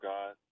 God